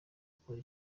gukora